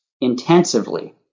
intensively